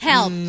Help